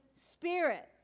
Spirit